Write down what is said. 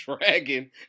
dragon